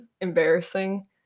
embarrassing